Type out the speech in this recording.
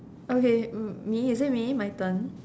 okay m~ me is it me my turn